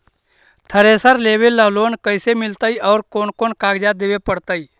Thresher लेबे ल loan कैसे मिलतइ और कोन कोन कागज देबे पड़तै?